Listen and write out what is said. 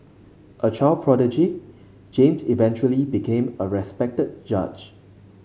a child prodigy James eventually became a respected judge